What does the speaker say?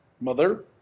Mother